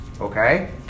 okay